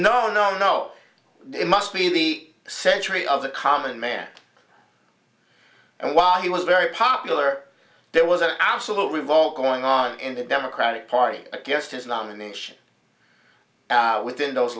no no no it must be the century of the common man and while he was very popular there was an absolute revolt going on in the democratic party against his nomination within those